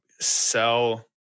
sell